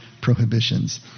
prohibitions